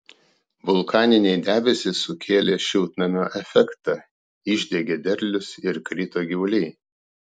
vulkaniniai debesys sukėlė šiltnamio efektą išdegė derlius ir krito gyvuliai